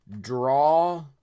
Draw